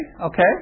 okay